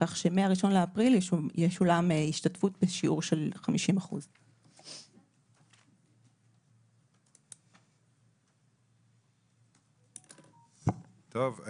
כך שמ-1.4.2023 תשולם השתתפות בשיעור של 50%. טוב.